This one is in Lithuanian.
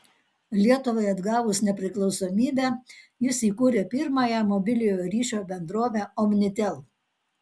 lietuvai atgavus nepriklausomybę jis įkūrė pirmąją mobiliojo ryšio bendrovę omnitel